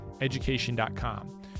Education.com